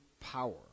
power